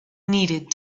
needed